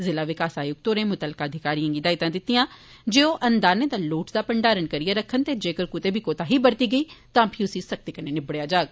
जिला विकास आयुक्त होरें मुतलका अधिकारिएं गी हिदायतां जारी कीतियां जे ओह् अन्नदाने दा लोड़चदा भंडारण करिए रक्खन ते जेका कुते बी कौताही बरती गेई तां फ्ही उस्सी सख्ती कन्नै निबड़ेआ जाग